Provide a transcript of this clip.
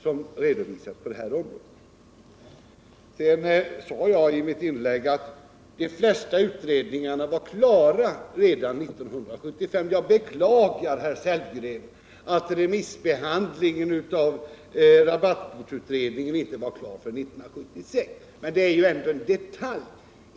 Jag sade i mitt inlägg att de flesta utredningarna var klara 1975. Herr Sellgren! Jag beklagar att remissbehandlingen av rabattkortsutredningen inte var klar förrän 1976, men det är ju ändå en detalj.